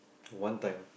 one time